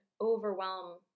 overwhelm